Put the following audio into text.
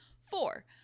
Four